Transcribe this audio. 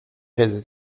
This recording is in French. grèzes